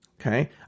okay